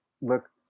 look